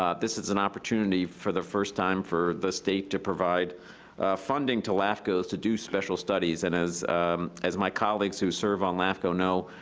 um this is an opportunity for the first time for the state to provide funding to lafco to do special studies, and as as my colleagues who serve on lafco know,